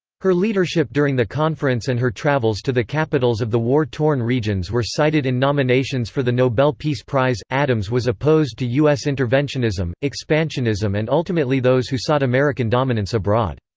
her leadership during the conference and her travels to the capitals of the war-torn regions were cited in nominations for the nobel peace prize addams was opposed to u s. interventionism, expansionism and ultimately those who sought american dominance abroad.